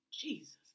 Jesus